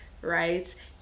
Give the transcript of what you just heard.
right